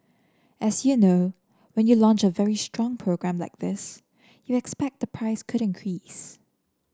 as you know when you launch a very strong program like this you expect the price could increase